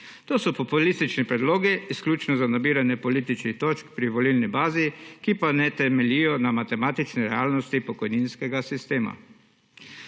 To so populistični predlogi izključno za nabiranje političnih točk pri volilni bazi, ki ne temeljijo na matematični realnosti pokojninskega sistema.